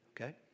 Okay